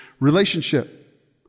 relationship